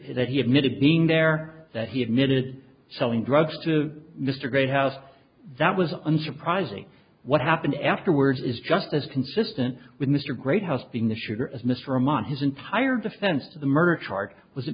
that he admitted being there that he admitted selling drugs to mr grey house that was unsurprising what happened afterwards is just as consistent with mr great house being the shooter as mr among his entire defense the murder